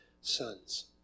sons